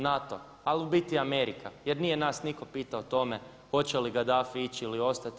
NATO ali u biti Amerika, jer nije nas nitko pitao o tome hoće li Gadafi ići ili ostati.